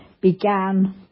began